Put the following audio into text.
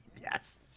Yes